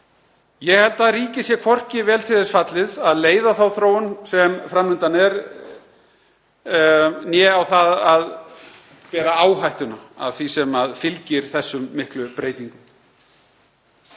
Ég held að ríkið sé hvorki vel til þess fallið að leiða þá þróun sem fram undan er né til að bera áhættuna af því sem fylgir þessum miklu breytingum.